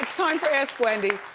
time for ask wendy.